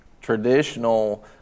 traditional